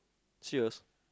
cheers